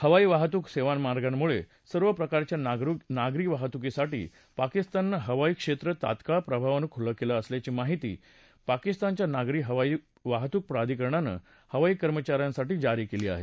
हवाई वाहतूक सेवामार्गांमुळे सर्व प्रकारच्या नागरी वाहतुकीसाठी पाकिस्तानचं हवाई क्षेत्र तात्काळ प्रभावानं खुलं केलं असल्याची सूचना पाकिस्तानच्या नागरी हवाई वाहतूक प्राधिकरणानं हवाई कर्मचा यांसाठी जारी केलं आहे